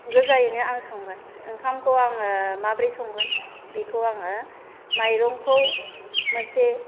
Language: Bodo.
गोजायैनो आं संगोन ओंखामखौ आङो माब्रै संगोन बेखौ आङो माइरंखौ मोनसे